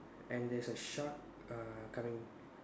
and there is a shark err coming